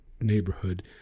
neighborhood